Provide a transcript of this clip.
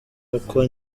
uko